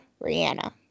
Rihanna